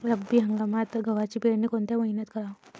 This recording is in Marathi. रब्बी हंगामात गव्हाची पेरनी कोनत्या मईन्यात कराव?